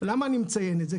למה אני מציין את זה?